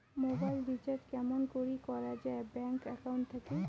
Mobile recharge কেমন করি করা যায় ব্যাংক একাউন্ট থাকি?